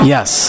Yes